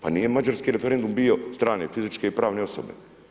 Pa nije mađarski referendum bio strane fizičke i pravne osobe.